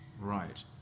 Right